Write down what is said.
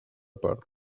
part